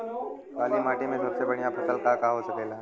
काली माटी में सबसे बढ़िया फसल का का हो सकेला?